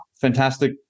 fantastic